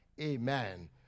Amen